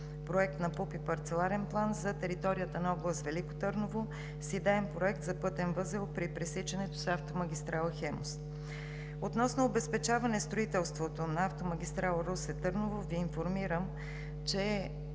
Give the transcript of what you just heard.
Проекта на ПУП и парцеларен план за територията на област Велико Търново, с идеен проект за пътен възел при пресичането с автомагистрала „Хемус“. Относно обезпечаване строителството на автомагистрала Русе – Търново, Ви информирам, че